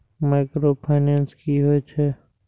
Micro finance कि होई छै?